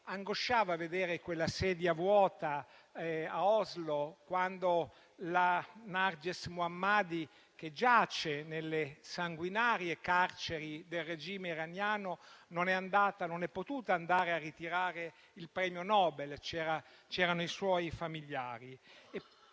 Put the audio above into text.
angosciava vedere quella sedia vuota a Oslo, quando Narges Mohammadi, che giace nelle sanguinarie carceri del regime iraniano, non è potuta andare a ritirare il premio Nobel. C'erano solo i suoi familiari.